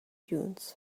dunes